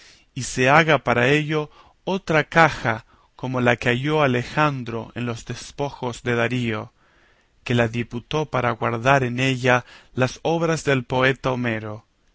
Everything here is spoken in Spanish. y se haga para ello otra caja como la que halló alejandro en los despojos de dario que la diputó para guardar en ella las obras del poeta homero